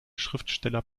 schriftsteller